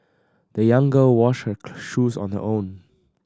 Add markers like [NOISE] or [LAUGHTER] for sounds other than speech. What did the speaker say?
the young girl washed her [UNINTELLIGIBLE] shoes on her own